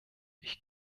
ich